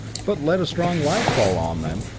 but let a strong light fall on them,